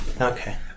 Okay